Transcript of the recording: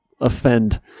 offend